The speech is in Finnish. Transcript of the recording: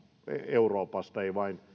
euroopasta